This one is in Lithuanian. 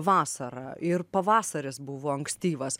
vasara ir pavasaris buvo ankstyvas